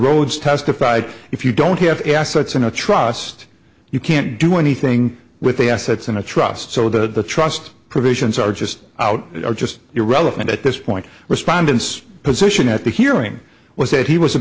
rhodes testified if you don't have assets in a trust you can't do anything with the assets in a trust so that the trust provisions are just out or just irrelevant at this point respondants position at the hearing was that he was